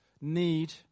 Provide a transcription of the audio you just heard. need